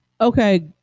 Okay